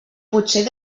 potser